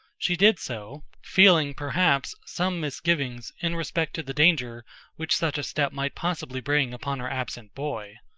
she did so, feeling, perhaps, some misgivings in respect to the danger which such a step might possibly bring upon her absent boy.